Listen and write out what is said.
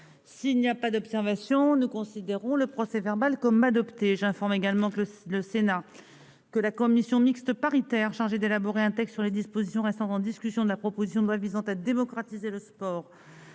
s'il n'y a pas d'observation, nous considérons le procès-verbal comme adopté j'informe également que le Sénat, que la commission mixte paritaire chargée d'élaborer un texte sur les dispositions restant en discussion de la proposition de loi visant à démocratiser le sport